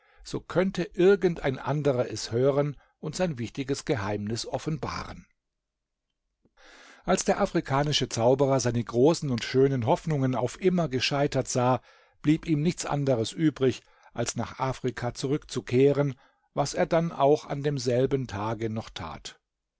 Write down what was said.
so könnte irgend ein anderer es hören und sein wichtiges geheimnis offenbaren als der afrikanische zauberer seine großen und schönen hoffnungen auf immer gescheitert sah blieb ihm nichts anderes übrig als nach afrika zurückzukehren was er dann auch an demselben tage noch tat